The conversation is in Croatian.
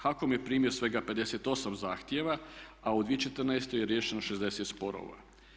HAKOM je primio svega 58 zahtjeva, a u 2014. je riješeno 60 sporova.